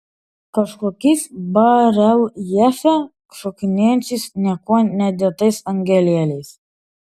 kažkokiais bareljefe šokinėjančiais niekuo nedėtais angelėliais